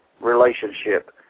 relationship